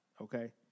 okay